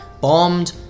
bombed